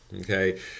okay